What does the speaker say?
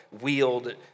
wield